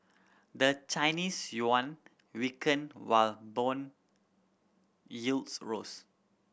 the Chinese yuan weakened while bond yields rose